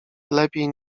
lepiej